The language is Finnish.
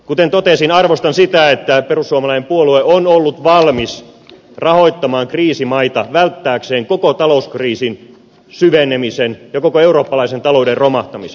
kuten totesin arvostan sitä että perussuomalainen puolue on ollut valmis rahoittamaan kriisimaita välttääkseen koko talouskriisin syvenemisen ja koko eurooppalaisen talouden romahtamisen